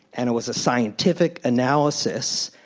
and it was a scienti fic analysis,